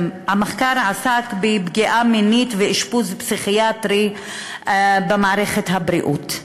המחקר עסק בפגיעה מינית ואשפוז פסיכיאטרי במערכת הבריאות.